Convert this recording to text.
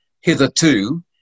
hitherto